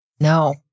No